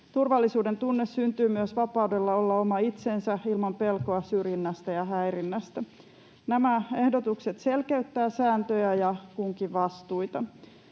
Turvallisuudentunne syntyy myös vapaudesta olla oma itsensä ilman pelkoa syrjinnästä ja häirinnästä. Nämä ehdotukset selkeyttävät sääntöjä ja kunkin vastuita.